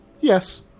Yes